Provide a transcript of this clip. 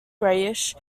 greyish